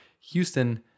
Houston